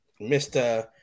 Mr